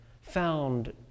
found